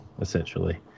essentially